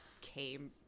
came